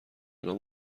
نام